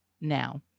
now